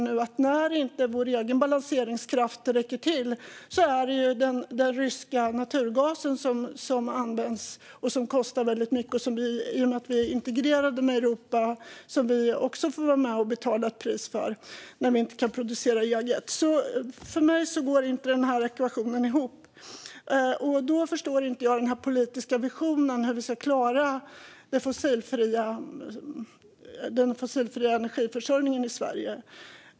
När vår egen balanseringskraft inte räcker till används den dyra ryska naturgasen, och eftersom vi är integrerade med Europa får vi också vara med och betala för den när vi inte kan producera eget. För mig går ekvationen inte ihop. Jag förstår inte hur vi ska klara den politiska visionen om en fossilfri energiförsörjning i Sverige.